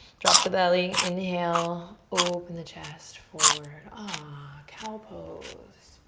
drop the belly. inhale. open the chest forward. ah. cow pose.